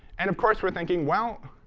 and of course we're thinking, well,